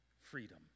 freedom